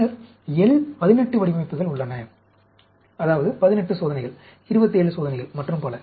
பின்னர் L 18 வடிவமைப்புகள் உள்ளன அதாவது 18 சோதனைகள் 27 சோதனைகள் மற்றும் பல